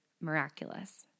miraculous